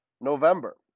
November